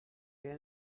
que